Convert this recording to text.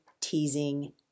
teasing